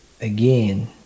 Again